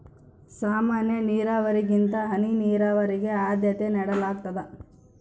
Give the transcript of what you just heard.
ಸಾಮಾನ್ಯ ನೇರಾವರಿಗಿಂತ ಹನಿ ನೇರಾವರಿಗೆ ಆದ್ಯತೆ ನೇಡಲಾಗ್ತದ